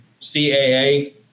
CAA